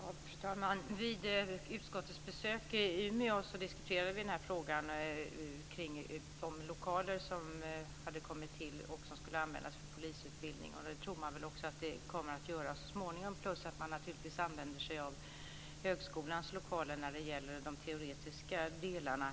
Fru talman! Vid utskottets besök i Umeå diskuterade vi frågan om de lokaler som hade kommit till och som skulle användas för polisutbildning. Det tror man också att de kommer att användas till så småningom. Dessutom använder man sig naturligtvis av högskolans lokaler när det gäller de teoretiska delarna.